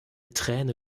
träne